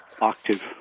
octave